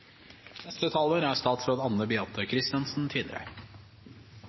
Neste taler er